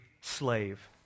slave